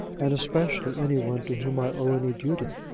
and especially any one to whom i owe any duty.